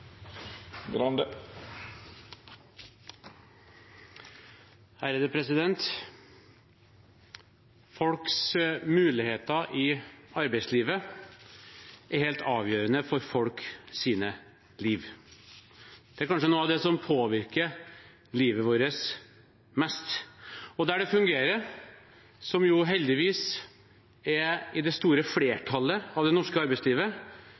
Folks muligheter i arbeidslivet er helt avgjørende for folks liv. Det er kanskje noe av det som påvirker livet vårt mest. Der det fungerer, som jo heldigvis er i det store flertallet i det norske arbeidslivet,